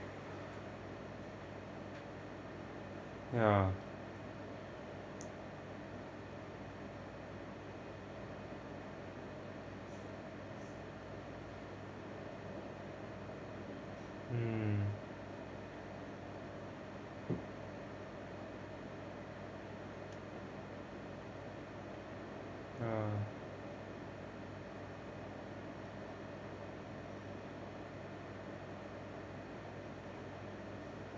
ya hmm ya